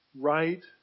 right